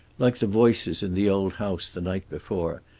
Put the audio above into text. like the voices in the old house the night before,